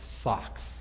socks